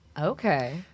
Okay